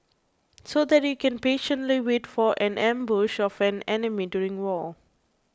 so that you can patiently wait for an ambush of an enemy during war